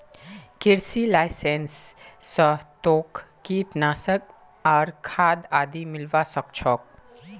कृषि लाइसेंस स तोक कीटनाशक आर खाद आदि मिलवा सख छोक